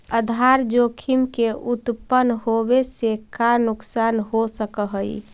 आधार जोखिम के उत्तपन होवे से का नुकसान हो सकऽ हई?